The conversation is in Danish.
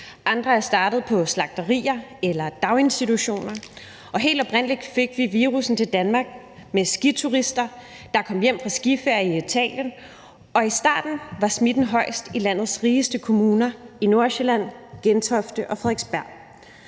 andre er startet på slagterier eller i daginstitutioner. Helt oprindelig fik vi virussen til Danmark med skiturister, der kom hjem fra skiferie i Italien, og i starten var smitten højest i landets rigeste kommuner i Nordsjælland, Gentofte og på Frederiksberg.